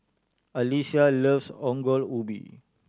Alysia loves Ongol Ubi